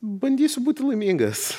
bandysiu būti laimingas